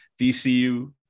VCU